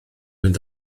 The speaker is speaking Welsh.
fynd